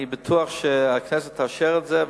אני בטוח שהכנסת תאשר את זה.